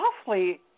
awfully